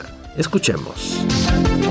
Escuchemos